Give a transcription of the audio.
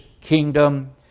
kingdom